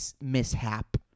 mishap